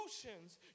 solutions